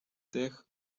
dech